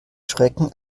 schrecken